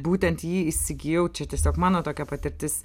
būtent jį įsigijau čia tiesiog mano tokia patirtis